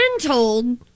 told